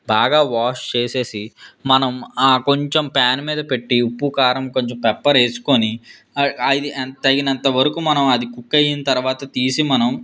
బాగా వాష్ చేసేసి మనం ఆ కొంచెం పాన్ మీద పెట్టి ఉప్పు కారం కొంచెం పెప్పర్ వేసుకోని అది తగినంత వరకు మనం అది కుక్ అయ్యిన తరవాత తీసి మనం